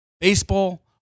Baseball